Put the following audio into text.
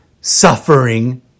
suffering